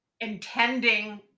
intending